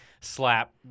slap